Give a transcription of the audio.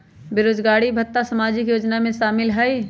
बेरोजगारी भत्ता सामाजिक योजना में शामिल ह ई?